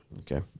Okay